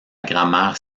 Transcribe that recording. grammaire